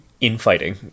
infighting